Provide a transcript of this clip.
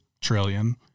trillion